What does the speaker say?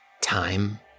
time